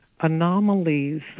anomalies